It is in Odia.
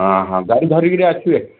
ହଁ ହଁ ଗାଡ଼ି ଧରିକିରି ଆସିବେ